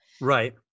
Right